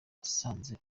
nasanze